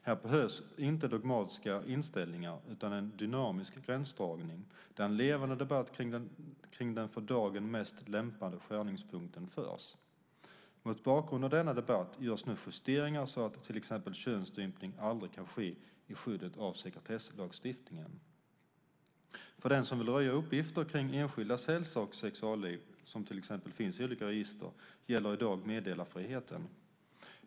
Här behövs inte dogmatiska inställningar utan en dynamisk gränsdragning där en levande debatt kring den för dagen mest lämpade skärningspunkten förs. Mot bakgrund av denna debatt görs nu justeringar så att till exempel könsstympning aldrig kan ske i skyddet av sekretesslagstiftningen. För den som vill röja uppgifter kring enskildas hälsa och sexualliv som till exempel finns i olika register gäller i dag meddelarfriheten.